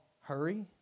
hurry